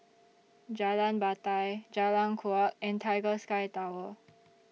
Jalan Batai Jalan Kuak and Tiger Sky Tower